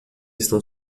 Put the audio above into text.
estão